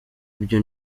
ibyo